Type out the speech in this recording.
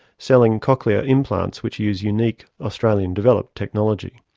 selling cochlear implants which use unique, australian developed technology.